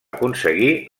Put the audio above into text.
aconseguir